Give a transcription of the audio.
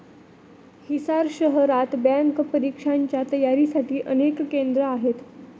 हिसार शहरात बँक परीक्षांच्या तयारीसाठी अनेक केंद्रे आहेत